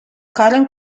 current